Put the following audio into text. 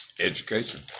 Education